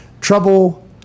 Trouble